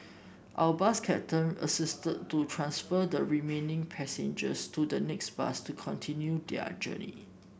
our bus captain assisted to transfer the remaining passengers to the next bus to continue their journey